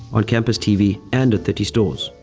on campus tv and at thirty stores.